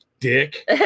dick